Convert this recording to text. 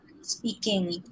speaking